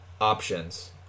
options